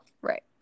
Right